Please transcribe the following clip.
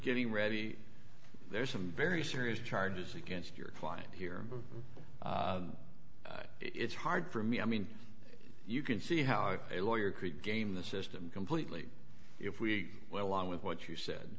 getting ready there's some very serious charges against your client here it's hard for me i mean you can see how if a lawyer create game the system completely if we went along with what you said